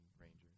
Rangers